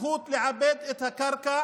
הזכות לעבד את הקרקע